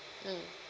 mm